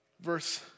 Verse